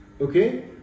okay